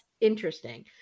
interesting